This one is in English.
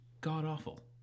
God-awful